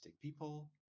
people